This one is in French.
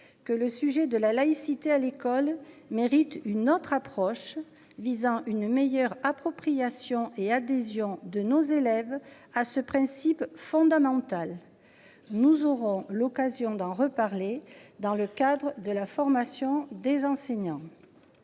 que le sujet de la laïcité à l'école mérite une autre approche visant une meilleure appropriation et adhésion de nos élèves à ce principe fondamental. Nous aurons l'occasion d'en reparler dans le cadre de la formation des enseignants.